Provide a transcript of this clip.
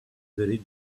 very